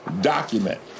document